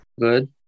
Good